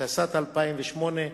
התשס"ט 2008,